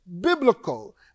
biblical